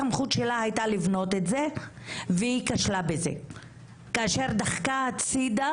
הסמכות שלה הייתה לבנות את זה והיא כשלה בזה כאשר דחקה הצידה